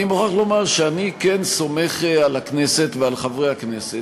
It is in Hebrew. אני מוכרח לומר שאני כן סומך על הכנסת ועל חברי הכנסת,